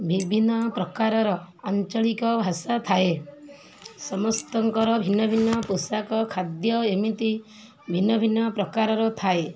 ବିଭିନ୍ନ ପ୍ରକାରର ଆଞ୍ଚଳିକ ଭାଷା ଥାଏ ସମସ୍ତଙ୍କର ଭିନ୍ନ ଭିନ୍ନ ପୋଷାକ ଖାଦ୍ୟ ଏମିତି ଭିନ୍ନ ଭିନ୍ନ ପ୍ରକାରର ଥାଏ